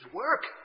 work